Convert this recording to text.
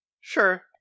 Sure